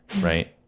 right